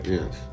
Yes